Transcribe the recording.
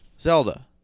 Zelda